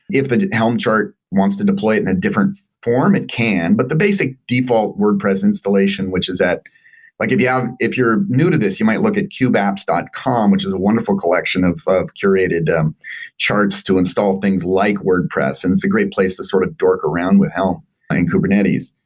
if the helm chart wants to deploy it in a different form, it can, but the basic default wordpress installation, which is at like if yeah if you're new to this, you might look at kubeapps dot com, which is a wonderful collection of of curated um charts to install, things like wordpress, and it's a great place to sort of dork around with helm and kubernetes.